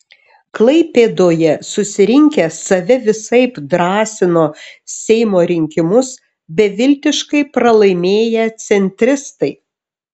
klaipėdoje susirinkę save visaip drąsino seimo rinkimus beviltiškai pralaimėję centristai